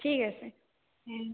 ঠিক আছে হুম